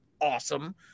Awesome